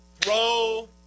throw